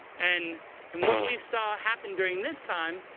and and what we saw happen during this time,